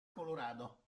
colorado